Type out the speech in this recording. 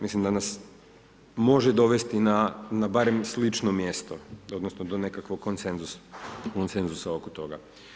Mislim da nas može dovesti barem na slično mjesto, odnosno, do nekakvog konsenzusa oko toga.